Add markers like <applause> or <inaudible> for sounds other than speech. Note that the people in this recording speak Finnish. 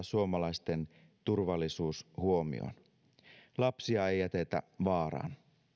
<unintelligible> suomalaisten turvallisuus huomioon lapsia ei jätetä vaaraan